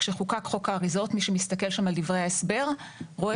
כבר ב-2011 כשחוקק חוק האריזות דובר על